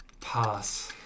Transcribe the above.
Pass